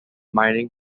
mining